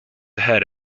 ahead